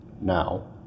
now